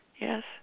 Yes